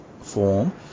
form